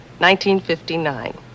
1959